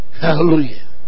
Hallelujah